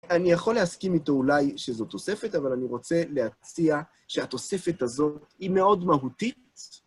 אני יכול להסכים איתו אולי שזו תוספת, אבל אני רוצה להציע שהתוספת הזאת היא מאוד מהותית.